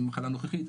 מחלה נוכחית,